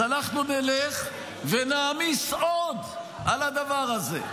אז אנחנו נלך ונעמיס עוד על הדבר הזה,